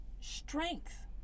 strength